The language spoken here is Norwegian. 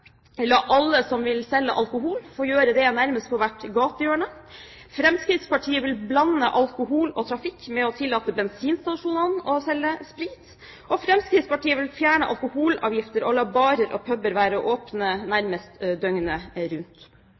la alle som vil selge alkohol, få gjøre det nærmest på hvert gatehjørne. Fremskrittspartiet vil blande alkohol og trafikk ved å tillate bensinstasjonene å selge sprit, og Fremskrittspartiet vil fjerne alkoholavgifter og la barer og puber være åpne nærmest døgnet rundt.